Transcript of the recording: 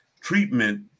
treatment